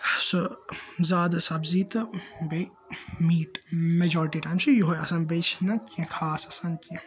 سُہ زیادٕ سَبزی تہٕ بیٚیہِ میٖٹ میجارٹی ٹایم چھِ یِہے آسان بیٚیہِ چھُنہٕ کیٚنٛہہ خاص آسَن کیٚنٛہہ